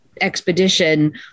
expedition